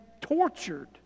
tortured